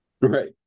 Right